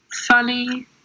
funny